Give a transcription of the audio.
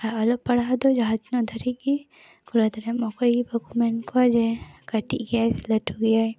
ᱟᱨ ᱚᱞᱚᱜ ᱯᱟᱲᱦᱟᱣ ᱫᱚ ᱡᱟᱦᱟᱸ ᱛᱤᱱᱟᱹᱜ ᱫᱷᱟᱹᱨᱤᱡ ᱜᱮ ᱠᱚᱨᱟᱣ ᱫᱟᱲᱮᱭᱟᱜᱼᱟᱢ ᱚᱠᱚᱭᱜᱮ ᱵᱟᱠᱚ ᱢᱮᱱ ᱠᱚᱣᱟ ᱡᱮ ᱠᱟᱹᱴᱤᱡ ᱜᱮᱭᱟᱭ ᱥᱮ ᱞᱟᱹᱴᱷᱩ ᱜᱮᱭᱟᱭ